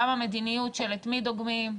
גם המדיניות את מי דוגמים,